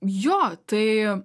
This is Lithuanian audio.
jo tai